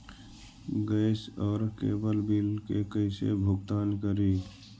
Gas और cable bill के कैसे भुगतान करी?